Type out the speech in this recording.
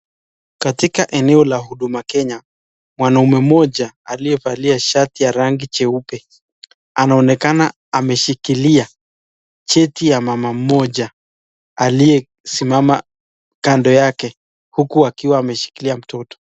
Katika eneo la huduma Kenya, mwanaume mmoja aliyevalia shati ya rangi jeupe, anaonekana ameshikilia, cheti ya mama mmoja aliyesimama kando yake, huku akiwa ameshikilia mtoto.